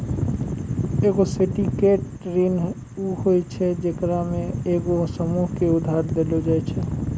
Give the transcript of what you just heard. एगो सिंडिकेटेड ऋण उ होय छै जेकरा मे एगो समूहो के उधार देलो जाय छै